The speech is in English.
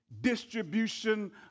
distribution